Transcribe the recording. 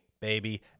baby